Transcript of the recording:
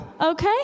Okay